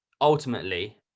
ultimately